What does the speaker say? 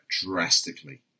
drastically